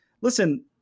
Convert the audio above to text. Listen